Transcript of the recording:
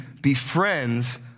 befriends